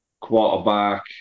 quarterback